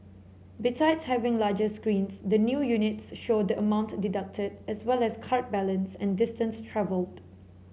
besides having larger screens the new units show the amount deducted as well as card balance and distance travelled